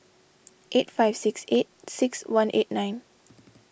eight five six eight six one eight nine